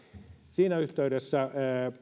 siinä yhteydessä